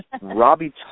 Robbie